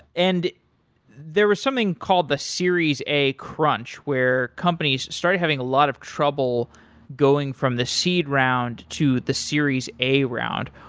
and there was something called the series a crunch where companies started having a lot of trouble going from the seed round to the series a round.